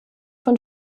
von